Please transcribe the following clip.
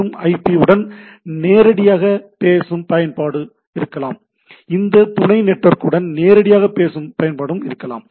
மற்றும் ஐபி யுடன் நேரடியாக பேசும் பயன்பாடு இருக்கலாம் இந்த துணை நெட்வொர்க்குடன் நேரடியாக பேசும் பயன்பாடு இருக்கலாம்